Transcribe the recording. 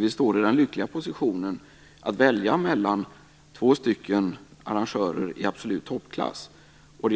Vi står i den lyckliga positionen att välja mellan två arrangörer i absolut toppklass. Den